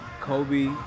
Kobe